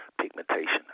pigmentation